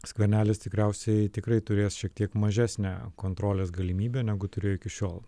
skvernelis tikriausiai tikrai turės šiek tiek mažesnę kontrolės galimybę negu turėjo iki šiol